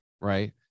Right